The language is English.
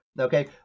Okay